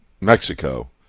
Mexico